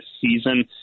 season